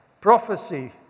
prophecy